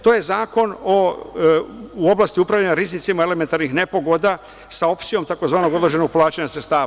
To je zakon u oblasti upravljanja rizicima elementarnih nepogoda sa opcijom tzv. odložšenog plaćanja sredstava.